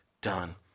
done